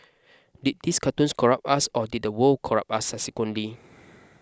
did these cartoons corrupt us or did the world corrupt us subsequently